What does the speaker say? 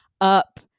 up